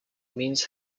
means